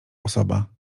osoba